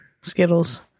Skittles